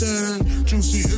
Juicy